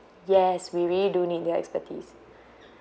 yes we really do need their expertise